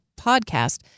podcast